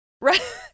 Right